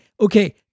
Okay